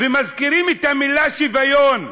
ומזכירים את המילה "שוויון"